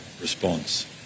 response